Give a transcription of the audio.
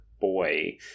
boy